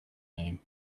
name